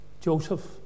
Joseph